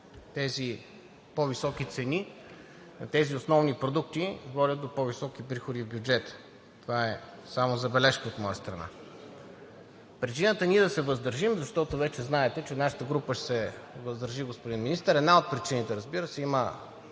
скочи почти двойно. Тези основни продукти водят до по-високи приходи в бюджета. Това е само забележка от моя страна. Причината ние да се въздържим, защото вече знаете, че нашата група ще се въздържи, господин Министър, една от причините, разбира се, има